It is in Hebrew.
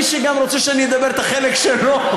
מי שרוצה שאני אדבר גם את החלק שלו,